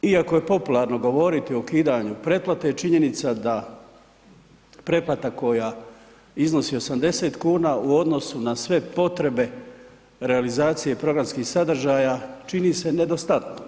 Iako je popularno govoriti o ukidanju pretplate, činjenica da pretplata koja iznosi 80,00 kuna u odnosu na sve potrebe realizacije programskih sadržaja čini se nedostatnom.